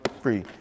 free